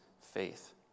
faith